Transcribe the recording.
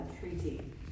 treaty